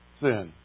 sin